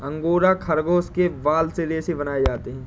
angora खरगोश के बाल से रेशे बनाए जाते हैं